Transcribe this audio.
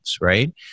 Right